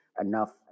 Enough